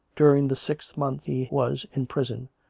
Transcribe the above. during the six months he was in prison,